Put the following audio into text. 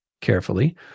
carefully